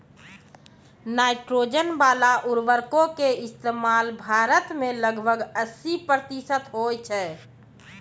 nitrogen बाला उर्वरको के इस्तेमाल भारत मे लगभग अस्सी प्रतिशत होय छै